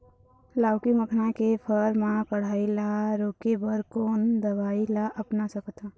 लाउकी मखना के फर मा कढ़ाई ला रोके बर कोन दवई ला अपना सकथन?